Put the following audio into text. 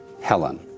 Helen